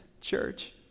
church